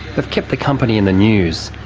have kept the company in the news.